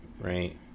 right